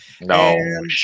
No